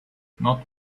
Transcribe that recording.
not